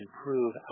improve